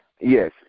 Yes